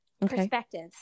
perspectives